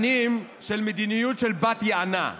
שנים של מדיניות של בת יענה.